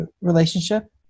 relationship